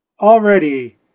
already